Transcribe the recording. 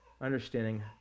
understanding